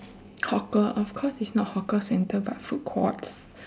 hawker of course it's not hawker center but food courts